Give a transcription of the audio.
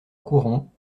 courant